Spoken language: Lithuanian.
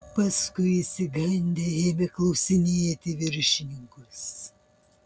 paskui išsigandę ėmė klausinėti viršininkus